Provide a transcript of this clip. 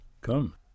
come